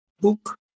book